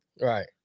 Right